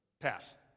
pass